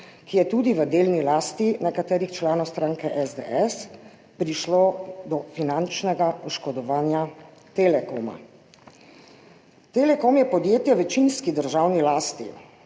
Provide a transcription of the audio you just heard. ki je tudi v delni lasti nekaterih članov stranke SDS, prišlo do finančnega oškodovanja Telekoma. Telekom je podjetje v večinski državni lasti,